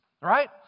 right